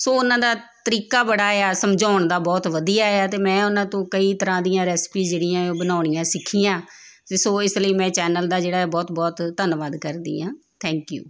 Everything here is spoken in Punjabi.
ਸੋ ਉਹਨਾਂ ਦਾ ਤਰੀਕਾ ਬੜਾ ਆ ਸਮਝਾਉਣ ਦਾ ਬਹੁਤ ਵਧੀਆ ਆ ਅਤੇ ਮੈਂ ਉਹਨਾਂ ਤੋਂ ਕਈ ਤਰ੍ਹਾਂ ਦੀਆਂ ਰੈਸਪੀ ਜਿਹੜੀਆਂ ਉਹ ਬਣਾਉਣੀਆਂ ਸਿੱਖੀਆਂ ਅਤੇ ਸੋ ਇਸ ਲਈ ਮੈਂ ਚੈਨਲ ਦਾ ਜਿਹੜਾ ਹੈ ਬਹੁਤ ਬਹੁਤ ਧੰਨਵਾਦ ਕਰਦੀ ਹਾਂ ਥੈਂਕ ਯੂ